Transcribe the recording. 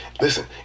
Listen